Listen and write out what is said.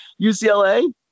UCLA